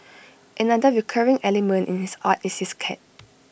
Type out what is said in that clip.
another recurring element in his art is his cat